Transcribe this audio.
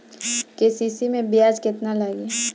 KCC मै ब्याज केतनि लागेला?